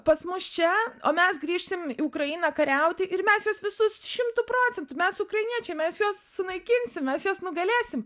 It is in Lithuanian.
pas mus čia o mes grįšim į ukrainą kariauti ir mes juos visus šimtu procentų mes ukrainiečiai mes juos sunaikinsim mes juos nugalėsim